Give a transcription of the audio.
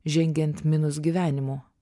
žengiant minus gyvenimu